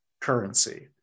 currency